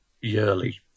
yearly